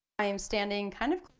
i am standing kind of